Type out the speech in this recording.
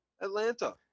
Atlanta